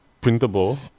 printable